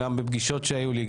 גם בפגישות שהיו לי,